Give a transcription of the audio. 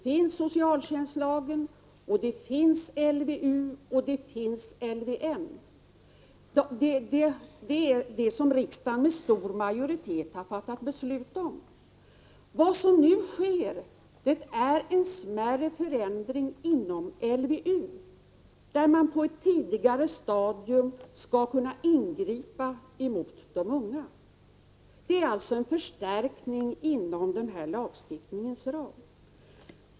Vi har socialtjänstlagen, LVU och LVM. Dessa lagar har riksdagen med stor majoritet fattat beslut om. Vad som nu sker är en smärre förändring inom LVU för att man på ett tidigare stadium skall kunna ingripa mot de unga. Det är alltså en förstärkning inom denna lagstiftnings ram.